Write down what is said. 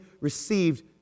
received